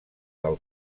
del